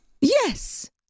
Yes